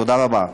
תודה רבה.